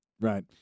right